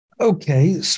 Okay